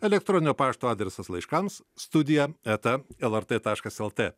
elektroninio pašto adresas laiškams studija eta lrt taškas lt